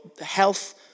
health